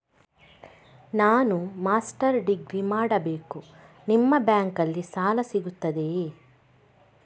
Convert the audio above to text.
ನಾನು master degree ಮಾಡಬೇಕು, ನಿಮ್ಮ ಬ್ಯಾಂಕಲ್ಲಿ ಸಾಲ ಸಿಗುತ್ತದೆಯೇ?